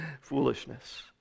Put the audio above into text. Foolishness